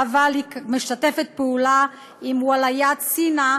אבל היא משתפת פעולה עם "וִּלַאיַת סינא"